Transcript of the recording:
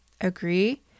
agree